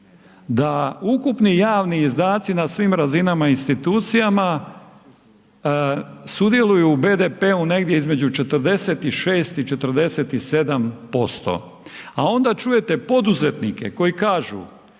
da ukupni javni izdaci na svim razinama, institucijama sudjeluju u BDP-u negdje između 46 i 47% a onda čujete poduzetnike koji kažu